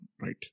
right